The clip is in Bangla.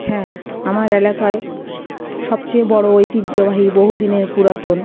হ্যাঁ আমার এলাকায় সবচেয়ে বড়ো ঐতিহ্যবাহী বহু দিনের পুরাতন